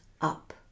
up